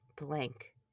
blank